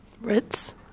Ritz